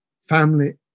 family